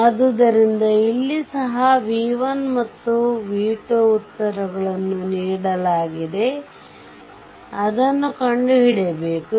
ಆದ್ದರಿಂದ ಇಲ್ಲಿ ಸಹ v1 ಮತ್ತು v2 ಉತ್ತರಗಳನ್ನು ನೀಡಲಾಗಿದೆ ಅದನ್ನು ಕಂಡುಹಿಡಿಯಬೇಕು